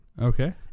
Okay